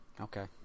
Okay